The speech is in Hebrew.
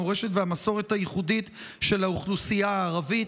המורשת והמסורת הייחודית של האוכלוסייה הערבית".